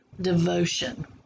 devotion